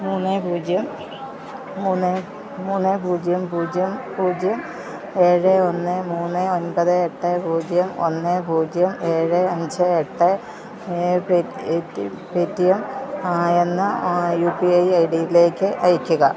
മൂന്ന് പൂജ്യം മൂന്ന് മൂന്ന് പൂജ്യം പൂജ്യം പൂജ്യം ഏഴ് ഒന്ന് മൂന്ന് ഒൻപത് എട്ട് പൂജ്യം ഒന്ന് പൂജ്യം ഏഴ് അഞ്ച് എട്ട് അറ്റ് പേടിഎം എന്ന യു പി ഐ ഐ ഡിയിലേക്ക് അയയ്ക്കുക